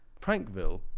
Prankville